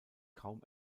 kaum